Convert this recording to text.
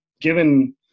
given